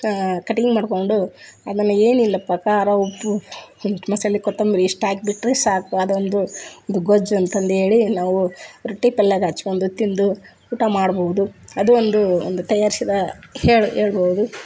ಕ ಕಟ್ಟಿಂಗ್ ಮಾಡಿಕೊಂಡು ಅದನ್ನು ಏನಿಲ್ಲಪ್ಪ ಖಾರ ಉಪ್ಪು ಒಂದೀಟ್ ಮಸಾಲೆ ಕೊತ್ತಂಬರಿ ಇಷ್ಟು ಹಾಕ್ಬಿಟ್ರೆ ಸಾಕು ಅದೊಂದು ಒಂದು ಗೊಜ್ಜು ಅಂತಂದು ಹೇಳಿ ನಾವು ರೊಟ್ಟಿ ಪಲ್ಯದ ಹಚ್ಕೊಂಡು ತಿಂದು ಊಟ ಮಾಡ್ಬೋದು ಅದು ಒಂದೂ ಒಂದು ತಯಾರಿಸಿದ ಹೇಳು ಹೇಳ್ಬೋದು